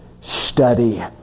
study